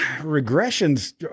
Regression's